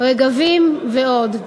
"רגבים" ועוד.